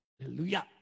Hallelujah